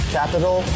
capital